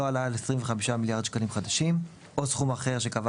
לא עלה על 25 מיליארד שקלים חדשים או סכום אחר שקבע